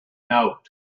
note